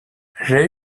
j’ai